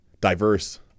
diverse